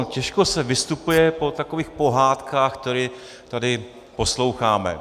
Těžko se vystupuje po takových pohádkách, které tady posloucháme.